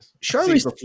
Charlie's